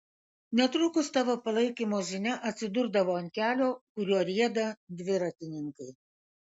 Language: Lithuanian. netrukus tavo palaikymo žinia atsidurdavo ant kelio kuriuo rieda dviratininkai